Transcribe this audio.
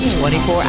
24